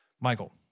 Michael